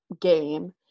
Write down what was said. game